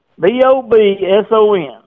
B-O-B-S-O-N